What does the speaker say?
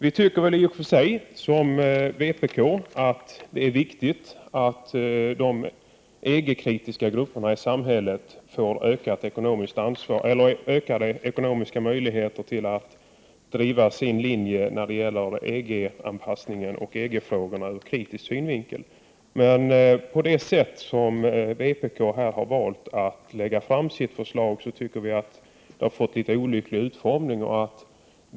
Vi tycker i och för sig som vpk att det är viktigt att de EG-kritiska grupperna i samhället får ökade ekonomiska möjligheter att driva sin kritiska linje till EG-anpassningen och EG-frågorna, men vi tycker att det förslag vpk valt att lägga fram fått en olycklig utformning.